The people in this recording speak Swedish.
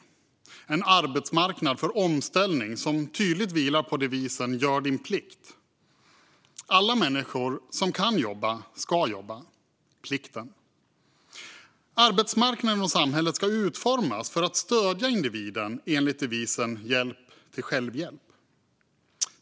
Det första är en arbetsmarknad för omställning som tydligt vilar på devisen "gör din plikt". Alla människor som kan jobba ska jobba - plikten. Arbetsmarknaden och samhället ska utformas för att stödja individen enligt devisen "hjälp till självhjälp".